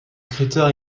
critère